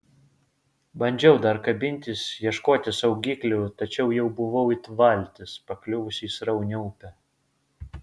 bandžiau dar kabintis ieškoti saugiklių tačiau jau buvau it valtis pakliuvusi į sraunią upę